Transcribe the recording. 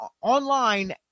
online